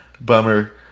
Bummer